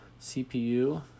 CPU